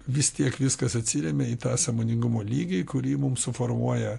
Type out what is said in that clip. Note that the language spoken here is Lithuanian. vis tiek viskas atsiremia į tą sąmoningumo lygį kurį mums suformuoja